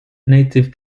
native